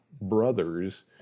brothers